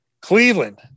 Cleveland